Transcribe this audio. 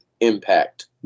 impact